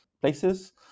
places